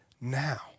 now